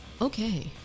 Okay